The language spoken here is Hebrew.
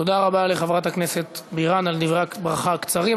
תודה רבה לחברת הכנסת בירן על דברי הברכה הקצרים.